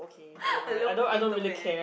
I love potato man